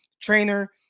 trainer